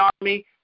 army